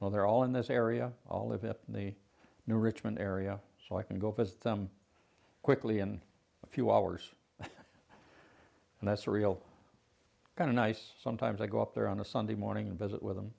well they're all in this area all of it in the new richmond area so i can go visit them quickly in a few hours and that's a real going to nice sometimes i go up there on a sunday morning and visit with them